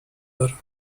دارم